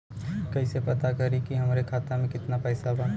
कइसे पता करि कि हमरे खाता मे कितना पैसा बा?